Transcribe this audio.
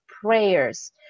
prayers